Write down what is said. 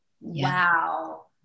Wow